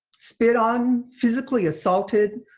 spit on, physically assaulted,